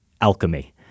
alchemy